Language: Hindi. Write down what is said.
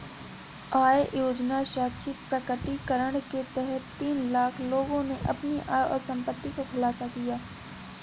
आय योजना का स्वैच्छिक प्रकटीकरण के तहत तीन लाख लोगों ने अपनी आय और संपत्ति का खुलासा किया